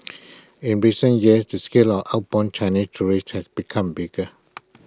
in recent years the scale of outbound Chinese tourists has become bigger